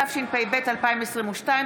התשפ"ב 2022,